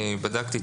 בדקתי,